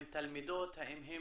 עם תלמידות, אם הם